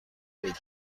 بگیرید